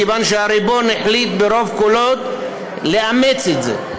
מכיוון שהריבון החליט ברוב קולות לאמץ את זה.